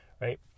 right